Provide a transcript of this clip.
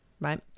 right